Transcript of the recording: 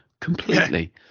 completely